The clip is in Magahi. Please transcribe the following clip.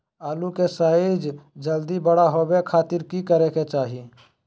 आलू के साइज जल्दी बड़ा होबे खातिर की करे के चाही?